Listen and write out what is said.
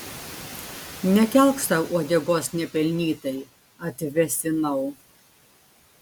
nekelk sau uodegos nepelnytai atvėsinau